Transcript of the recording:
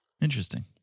Interesting